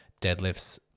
deadlifts